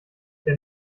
der